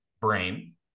brain